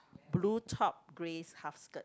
blue top grey half skirt